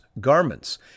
garments